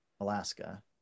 Alaska